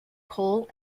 coal